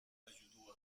ayudó